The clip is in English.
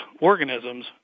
organisms